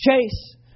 Chase